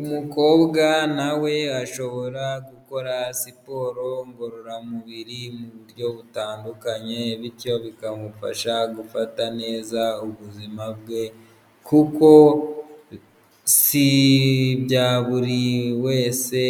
Umukobwa na we ashobora gukora siporo ngororamubiri mu buryo butandukanye bityo bikamufasha gufata neza ubuzima bwe kuko sibya buri wese